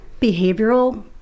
behavioral